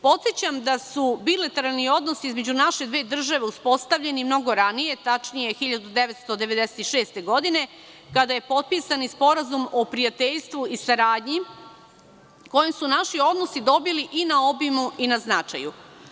Podsećam da su bilateralni odnosi između naše dve države uspostavljeni mnogo ranije, tačnije 1996. godine, kada je potpisan Sporazum o prijateljstvu i saradnji, kojim su naši odnosi dobili i na obimu i na značaju.